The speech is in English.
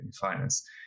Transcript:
finance